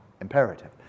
imperative